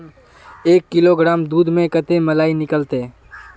एक किलोग्राम दूध में कते मलाई निकलते?